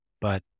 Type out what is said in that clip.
But-